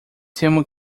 temo